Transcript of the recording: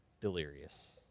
delirious